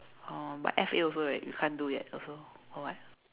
oh but F_A also right you can't do yet also or what